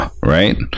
right